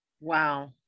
Wow